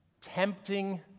tempting